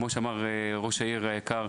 כמו שאמר ראש העיר היקר,